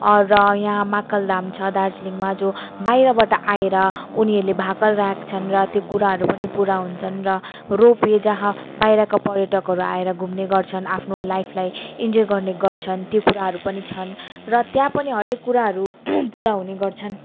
र यहाँ महाकालधाम छ दार्जिलिङमा जो बाहिरबाट आएर उनीहरूले भाकल राख्छन् र त्यो कुराहरू पनि पुरा हुन्छन् र रेपवे जहाँ बाहिरका पर्यटकहरू आएर घुम्ने गर्छन् आफ्नो लाइफलाई इन्जोय गर्ने गर्छन् त्यो कुराहरू पनि छन् र त्यहाँ पनि हरेक कुराहरू पुरा हुने गर्छन्